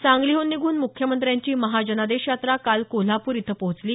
सांगलीहून निघून मुख्यमंत्र्यांची महाजनादेश यात्रा काल कोल्हापूर इथं पोहोचली